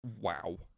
Wow